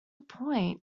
point